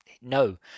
no